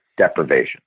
deprivation